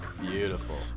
Beautiful